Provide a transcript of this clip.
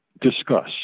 discuss